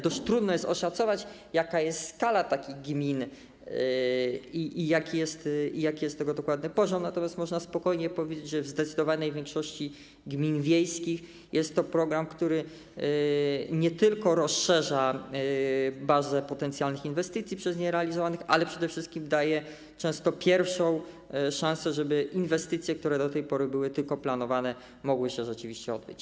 Dość trudno jest oszacować, jaka jest skala takich gmin i jaki jest tego dokładny poziom, natomiast można spokojnie powiedzieć, że w zdecydowanej większości gmin wiejskich jest to program, który nie tylko rozszerza bazę potencjalnych inwestycji przez nie realizowanych, ale przede wszystkim daje często pierwszą szansę, żeby inwestycje, które do tej pory były tylko planowane, mogły się rzeczywiście odbyć.